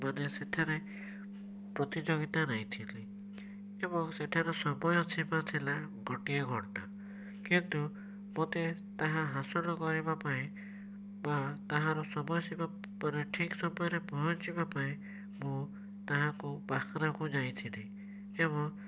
ମାନେ ସେଥେରେ ପ୍ରତିଯୋଗିତା ନେଇଥିଲି ଏବଂ ସେଠାର ସମୟ ସୀମା ଥିଲା ଗୋଟିଏ ଘଣ୍ଟା କିନ୍ତୁ ମୋତେ ତାହା ହାସଲ କରିବା ପାଇଁ ବା ତାହାର ସମୟ ସୀମା ପରି ଠିକ୍ ସମୟରେ ପହଞ୍ଚିବା ପାଇଁ ମୁଁ ତାହାକୁ ବାହାରକୁ ଯାଇଥିଲି ଏବଂ